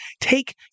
take